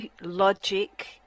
logic